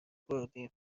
خوردیم